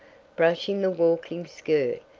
brushing the walking skirt,